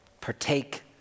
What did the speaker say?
partake